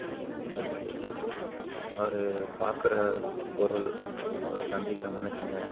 உதாரணத்துக்கு அவர் பார்க்குற பொருள் அவர் சந்திக்கிற மனுஷங்க